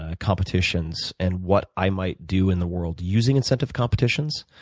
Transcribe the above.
ah competitions and what i might do in the world using incentive competitions.